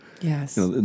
yes